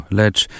lecz